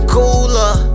cooler